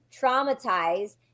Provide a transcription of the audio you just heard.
traumatized